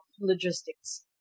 logistics